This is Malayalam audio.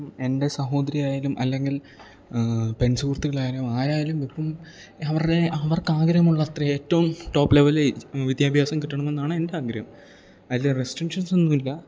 എൻ്റെ സഹോദരിയായാലും അല്ലെങ്കിൽ പെൺസുഹൃത്തക്കളായാലും ആരായാലും ഇപ്പം അവരുടെ അവർക്ക് ആഗ്രഹമുള്ള അത്ര ഏറ്റവും ടോപ്പ് ലെവൽ വിദ്യാഭ്യാസം കിട്ടണമെന്നാണ് എൻ്റെ ആഗ്രഹം അതിൽ റെസ്ട്രിക്ഷൻസ് ഒന്നും ഇല്ല